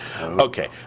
Okay